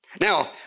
Now